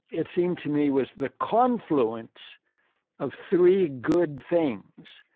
it seemed to me was the confluence of three good things.